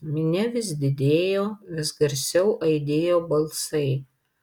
minia vis didėjo vis garsiau aidėjo balsai